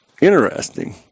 interesting